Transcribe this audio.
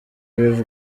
rev